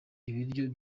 ibiryo